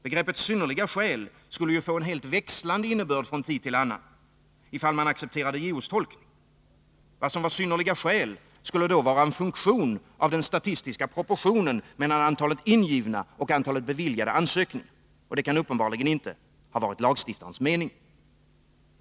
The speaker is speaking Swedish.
Begreppet synnerliga skäl skulle ju få en helt växlande innebörd från tid till annan, ifall man accepterade JO:s tolkning. Vad som var synnerliga skäl skulle då vara en funktion av den statistiska proportionen mellan antalet ingivna och antalet beviljade ansökningar — och det kan uppenbarligen inte ha varit lagstiftarens mening.